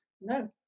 No